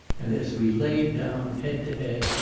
and as we laid down, head to head,